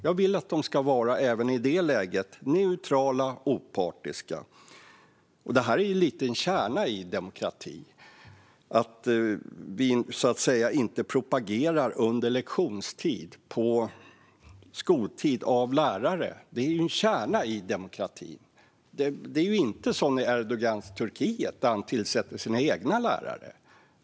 Jag vill att de även i det läget ska vara neutrala och opartiska. Detta är lite av en kärna i demokratin - att lärare inte propagerar under lektionstid. Det är inte som i Erdogans Turkiet, där han tillsätter sina egna lärare.